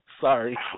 Sorry